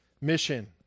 mission